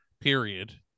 Period